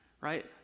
right